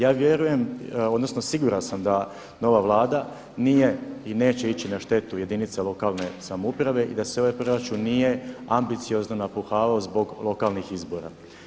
Ja vjerujem, odnosno siguran sam da nova Vlada nije i neće ići na štetu jedinice lokalne samouprave i da se ovaj proračun nije ambiciozno napuhavao zbog lokalnih izbora.